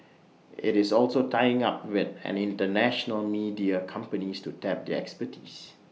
IT is also tying up with International media companies to tap their expertise